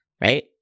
right